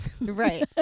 Right